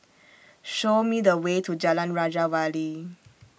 Show Me The Way to Jalan Raja Wali